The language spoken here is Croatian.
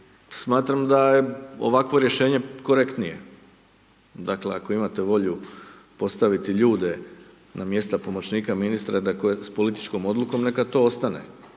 smatram da je ovakvo rješenje korektnije. Dakle ako imate volju postaviti ljude na mjesta pomoćnika ministra, dakle sa političkom odlukom, neka to ostane.